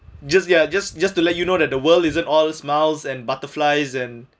just ya just just to let you know that the world isn't all smiles and butterflies and